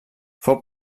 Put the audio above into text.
fou